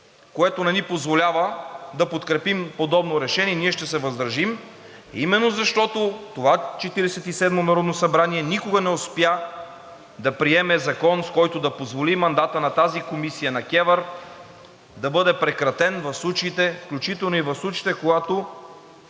което не ни позволява да подкрепим подобно решение и ние ще се въздържим именно защото това Четиридесет и седмо народно събрание никога не успя да приеме закон, с който да позволи мандатът на тази комисия – на КЕВР, да бъде прекратен в случаите, включително и в случаите, когато